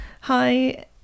hi